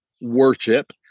worship